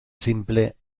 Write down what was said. simple